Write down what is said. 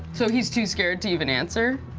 so he's too scared to even answer?